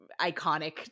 iconic